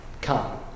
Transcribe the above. come